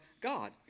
God